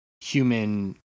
human